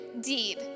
deed